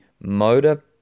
motor